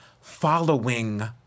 following